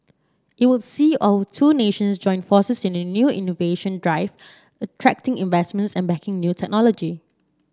it will see our two nations join forces in a new innovation drive attracting investments and backing new technology